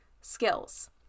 skills